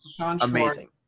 amazing